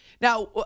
Now